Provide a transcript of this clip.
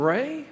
Ray